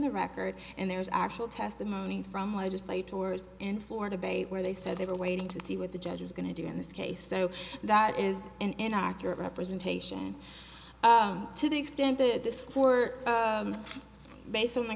the record and there is actual testimony from legislate tours in florida bay where they said they were waiting to see what the judge is going to do in this case so that is in accurate representation to the extent that this court based on